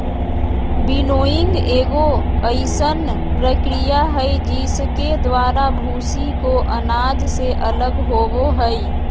winnowing एगो अइसन प्रक्रिया हइ जिसके द्वारा भूसी को अनाज से अलग होबो हइ